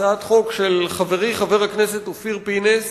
הצעת חוק של חברי חבר הכנסת אופיר פינס